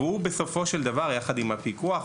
והוא בסופו של דבר יחד עם הפיקוח,